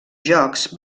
jocs